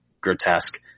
grotesque